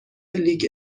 لیگ